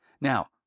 Now